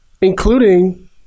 including